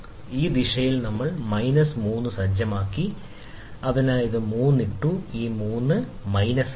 വീണ്ടും ഈ ദിശയിൽ അതിനാൽ നമ്മൾ മൈനസ് 3 സജ്ജമാക്കി അതിനാൽ നമ്മൾ ഇവിടെ 3 ഇട്ടു അതിനാൽ 3° ഇത് മൈനസ് ആണ്